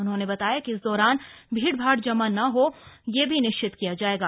उन्होंने बताया कि इस दौरान भीड़ भाड़ जमा न हो यह भी निश्चित किया जाएगा